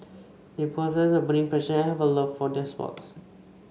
they possess a burning passion and have a love for their sport